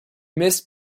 miss